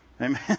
Amen